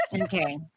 Okay